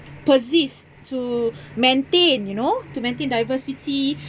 persists to maintain you know to maintain diversity